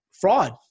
fraud